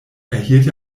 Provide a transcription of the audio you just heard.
erhielt